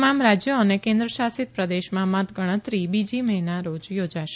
તમામ રાજ્યો અને કેન્દ્રશાસિત પ્રદેશમાં મતગણતરી બીજી મેના રોજ યોજાશે